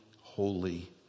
holy